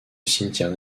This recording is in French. cimetière